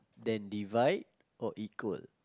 then divide or equal